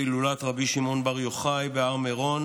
הילולת רבי שמעון בר יוחאי בהר מירון